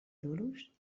duros